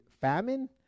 famine